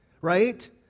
right